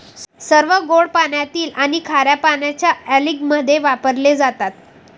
सर्व गोड पाण्यातील आणि खार्या पाण्याच्या अँलिंगमध्ये वापरले जातात